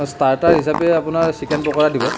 starter হিচাপে আপোনাৰ chicken pakora দিব